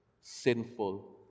sinful